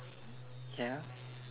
ya